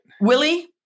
Willie